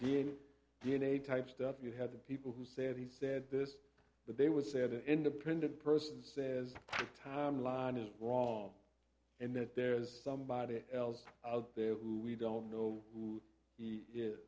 being d n a type stuff you had people who said he said this but they would say that an independent person says timeline is wrong and that there is somebody else out there who we don't know who he is